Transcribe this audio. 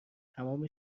تمام